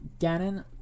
ganon